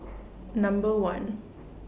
Number one